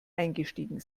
eingestiegen